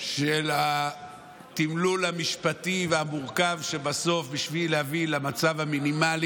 של התמלול המשפטי והמורכב בשביל להביא למצב המינימלי